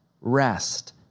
rest